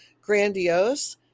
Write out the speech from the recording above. grandiose